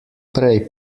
prej